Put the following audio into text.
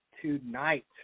tonight